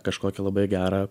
kažkokį labai gerą